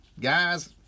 Guys